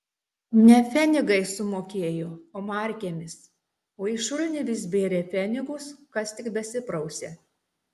ne pfenigais sumokėjo o markėmis o į šulinį vis bėrė pfenigus kas tik besiprausė